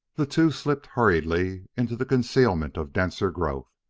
the two slipped hurriedly into the concealment of denser growth,